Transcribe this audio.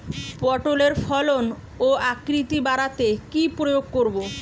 পটলের ফলন ও আকৃতি বাড়াতে কি প্রয়োগ করব?